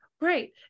Right